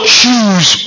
choose